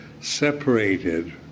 separated